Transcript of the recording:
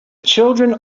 children